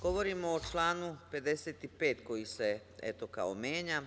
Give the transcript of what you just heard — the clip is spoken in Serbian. Govorim o članu 55. koji se eto kao menja.